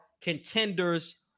contenders